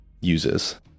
uses